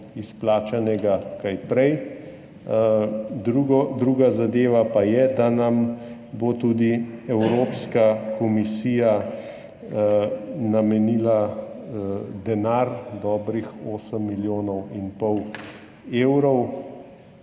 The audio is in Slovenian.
izplačanih kaj prej. Druga zadeva pa je, da nam bo tudi Evropska komisija namenila denar, dobrih 8 milijonov in pol evrov,